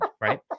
right